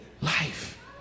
life